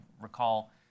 recall